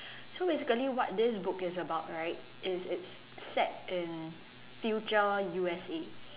so basically what this book is about right is it's set in future U_S_A